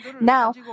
Now